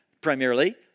primarily